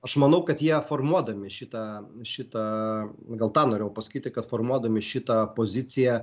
aš manau kad jie formuodami šitą šitą gal tą norėjau pasakyti kad formuodami šitą poziciją